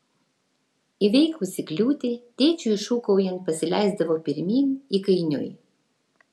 įveikusi kliūtį tėčiui šūkaujant pasileisdavo pirmyn įkainiui